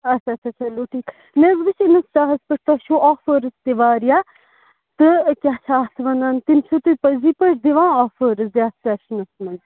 اَچھا اَچھا اَچھا چلو ٹھیٖک مےٚ حظ وُچھ اِنسٹاہَس پٮ۪ٹھ تۄہہِ چھَو آفٲرٕس تہِ واریاہ تہٕ کیٛاہ چھِ اتھ وَنان تِم چھِوٕ تُہۍ پٔزی پٲٹھۍ دِوان آفٲرٕس یتھ سیٚشنَس مَنٛز